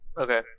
okay